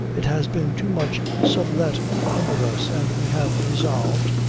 it has been too much sublet under us, and we have resolved,